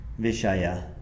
vishaya